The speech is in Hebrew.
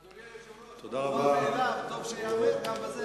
אדוני היושב-ראש, המובן מאליו טוב שייאמר גם בזה.